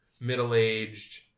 middle-aged